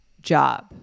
job